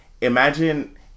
imagine